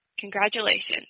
Congratulations